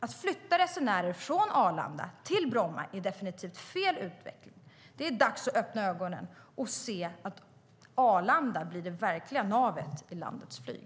Att flytta resenärer från Arlanda till Bromma är definitivt fel väg att utvecklas. Det är dags att öppna ögonen och se till att Arlanda blir det verkliga navet i landets flyg.